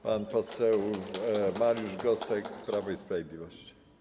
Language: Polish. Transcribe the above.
Pan poseł Mariusz Gosek, Prawo i Sprawiedliwość.